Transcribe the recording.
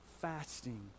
fasting